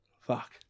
fuck